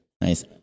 Nice